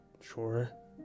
sure